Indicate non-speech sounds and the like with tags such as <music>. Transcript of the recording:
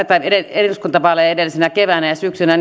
eduskuntavaaleja edeltävänä keväänä ja syksynä <unintelligible>